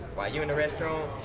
while you in the restroom,